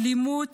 אלימות